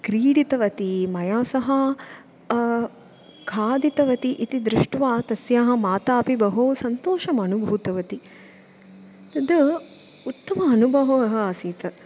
क्रीडितवती मया सह खादितवती इति दृष्ट्वा तस्याः मातापि बहु सन्तोषमनुभूतवती तद् उत्तमः अनुभवः आसीत्